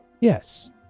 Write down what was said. Yes